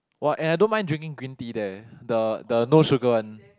!wah! and I don't mind drinking green tea there the no sugar one